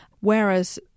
Whereas